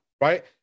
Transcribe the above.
right